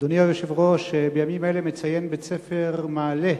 אדוני היושב-ראש, בימים אלה מציין בית-הספר "מעלה"